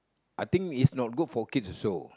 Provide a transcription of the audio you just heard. I think it's not good for kids also